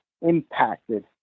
impacted